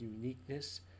uniqueness